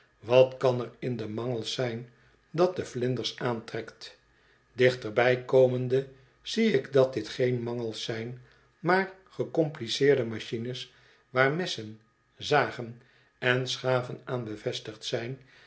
wat kan er in de mangels zijn dat de vlinders aantrekt dichterbij komende zie ik dat dit geen mangels zijn maar gecompliceerde machines waar messen zagen en schaven aan bevestigd zijn